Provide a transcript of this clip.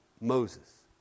Moses